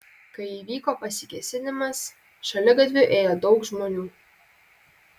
kai įvyko pasikėsinimas šaligatviu ėjo daug žmonių